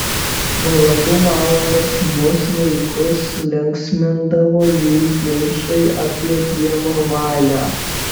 valandų valandas mus vaikus linksmindavo jų ginčai apie dievo valią